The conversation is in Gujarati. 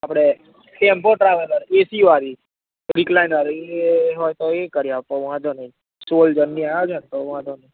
આપડે ટેમ્પો ટ્રાવેલર્સ એસી વાળી વિકલાયનરી એ હોય તો એ કરી આપો વાંધો નય સોલ જણની આવે છે ન તો